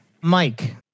Mike